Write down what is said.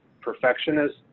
perfectionist